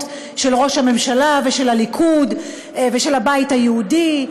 של ראש הממשלה ושל הליכוד ושל הבית היהודי,